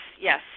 yes